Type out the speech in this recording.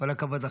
כל הכבוד לכם.